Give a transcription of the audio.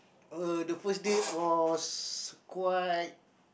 uh the first date was quite